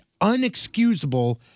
unexcusable